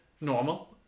normal